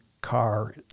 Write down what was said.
car